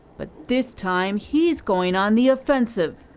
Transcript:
but this time he is going on the offensive.